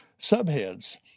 subheads